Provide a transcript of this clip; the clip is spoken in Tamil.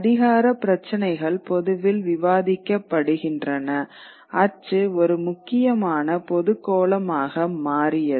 அதிகாரப் பிரச்சினைகள் பொதுவில் விவாதிக்கப்படுகின்றன அச்சு ஒரு முக்கியமான பொதுக் கோளமாக மாறியது